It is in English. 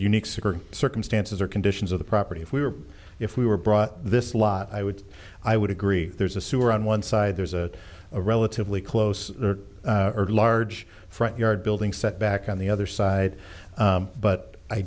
or circumstances or conditions of the property if we were if we were brought this lot i would i would agree there's a sewer on one side there's a relatively close or large front yard building setback on the other side but i